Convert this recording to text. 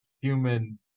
human